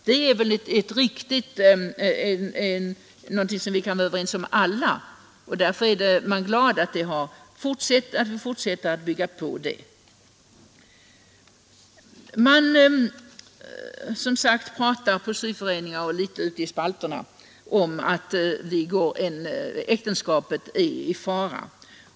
Det är väl någonting som vi alla kan vara överens om. Jag är glad att vi fortsätter att bygga ut förskolan. Man pratar som sagt i syföreningar och en del ute i spalterna om att äktenskapet är i fara.